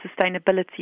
sustainability